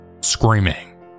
screaming